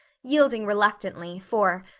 yielding reluctantly, for,